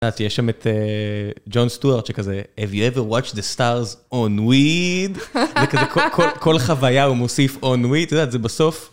את יודעת, יש שם את ג'ון סטיוארט, שכזה, Have you ever watched the stars on weed? זה כזה, כל חוויה הוא מוסיף on weed, את יודעת, זה בסוף.